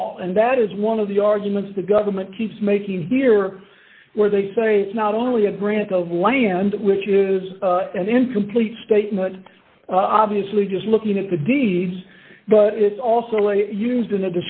all and that is one of the arguments the government keeps making here where they say it's not only a grant of land which is an incomplete statement obviously just looking at the deeds but it's also used